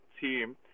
team